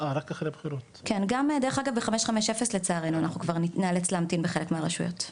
גם ב-550 לצערי אנחנו נאלץ להמתין בחלק מהרשויות.